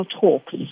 talks